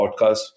podcast